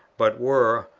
but were,